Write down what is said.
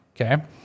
okay